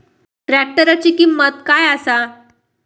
ट्रॅक्टराची किंमत काय आसा?